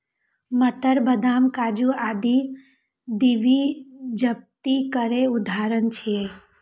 मटर, बदाम, काजू आदि द्विबीजपत्री केर उदाहरण छियै